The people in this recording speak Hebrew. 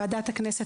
ועדת הכנסת